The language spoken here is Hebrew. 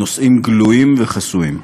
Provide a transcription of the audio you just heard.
נושאים גלויים וחסויים.